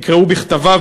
תקראו בכתביו,